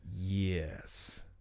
Yes